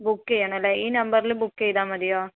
book ചെയ്യണമല്ലേ ഈ നമ്പറിൽ ബുക്ക് ചെയ്താൽ മതിയോ